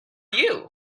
you